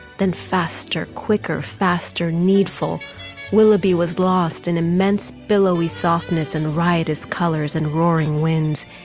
then faster, quicker, faster, needful willoughby was lost in immense billowy softness and riotous colors and roaring winds.